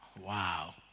Wow